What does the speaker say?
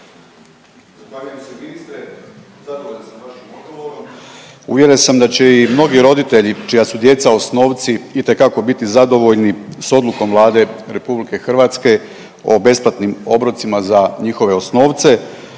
…/Govornik naknadno uključen./… uvjeren sam da će i mnogi roditelji čija su djeca osnovci itekako biti zadovoljni sa odlukom Vlade Republike Hrvatske o besplatnim obrocima za njihove osnovce.